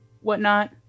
whatnot